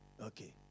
Okay